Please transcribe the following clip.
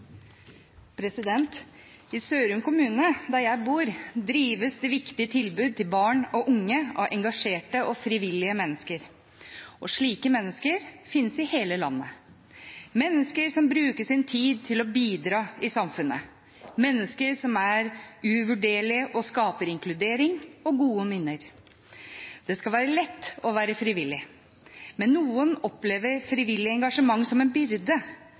utvikling. I Sørum kommune, der jeg bor, drives de viktige tilbudene til barn og unge av engasjerte og frivillige mennesker. Slike mennesker finnes i hele landet. Dette er mennesker som bruker sin tid til å bidra i samfunnet, som er uvurderlige, og som skaper inkludering og gode minner. Det skal være lett å være frivillig, men noen opplever frivillig engasjement som en byrde.